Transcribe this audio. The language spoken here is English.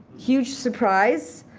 huge surprise,